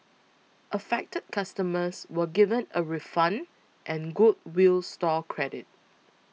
affected customers were given a refund and goodwill store credit